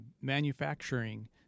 manufacturing